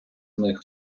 них